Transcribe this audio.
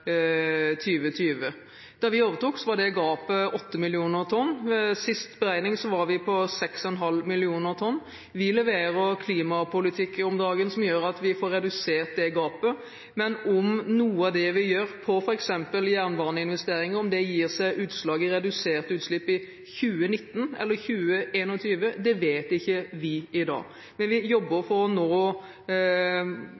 Da vi overtok, var gapet på 8 millioner tonn. Ved siste beregning var vi på 6,5 millioner tonn. Vi leverer klimapolitikk om dagen som gjør at vi får redusert det gapet, men om noe av det vi gjør når det gjelder f.eks. jernbaneinvesteringer, gir seg utslag i reduserte utslipp i 2019 eller 2021, vet vi ikke i dag. Men vi jobber for å nå